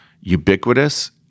ubiquitous